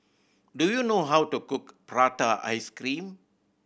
do you know how to cook prata ice cream